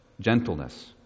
gentleness